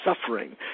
suffering